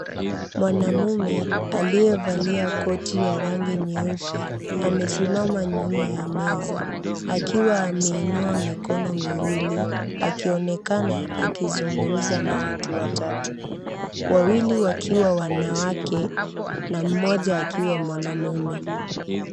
Mwanamume aliyevalia koti ya rangi nyeupe. Amesimama nyuma ya meza. Akiwa ameinua mikono miwili, akionekana akizungumza na watu wa tatu. Wawili wakiwa wanawake, na mmoja akiwa mwanamume.